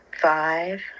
five